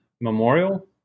Memorial